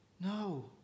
no